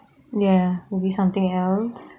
ya maybe something else